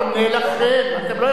אתם לא יכולים לענות לו על תשובתו.